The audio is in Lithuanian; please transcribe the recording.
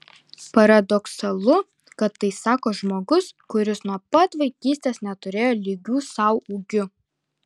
paradoksalu kad tai sako žmogus kuris nuo pat vaikystės neturėjo lygių sau ūgiu